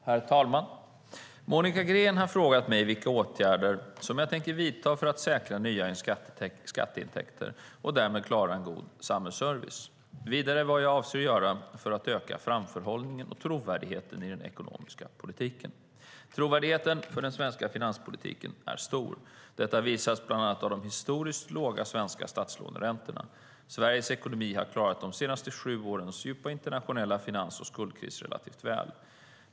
Herr talman! Monica Green har frågat mig vilka åtgärder som jag tänker vidta för att säkra nya skatteintäkter och därmed klara en god samhällsservice. Vidare har hon frågat vad jag avser att göra för att öka framförhållningen och trovärdigheten i den ekonomiska politiken. Trovärdigheten för den svenska finanspolitiken är stor. Detta visas bland annat av de historiskt låga svenska statslåneräntorna. Sveriges ekonomi har klarat de senaste sju årens djupa internationella finans och skuldkris relativt väl.